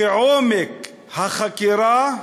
כעומק החקירה,